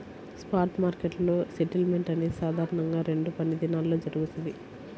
spot మార్కెట్లో settlement అనేది సాధారణంగా రెండు పనిదినాల్లో జరుగుతది,